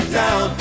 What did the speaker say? down